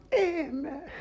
Amen